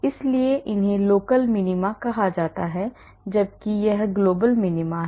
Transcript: इसलिए इन्हें local minima कहा जाता है जबकि यह global minima है